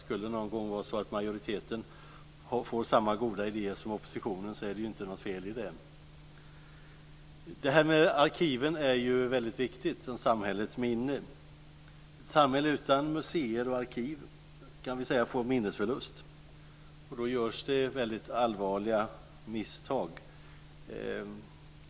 Skulle det någon gång vara så att majoriteten får samma goda idéer som oppositionen är det inte något fel i det. Arkiven är väldigt viktiga som samhällets minne. Ett samhälle utan museer och arkiv får minnesförlust, och då görs det väldigt allvarliga misstag.